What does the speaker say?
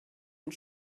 und